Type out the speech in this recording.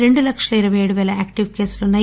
రెండు లక్షల ఇరపై ఏడు పేల యాక్లివ్ కేసులు ఉన్నాయి